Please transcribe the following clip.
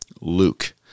Luke